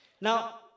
Now